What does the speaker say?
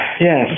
Yes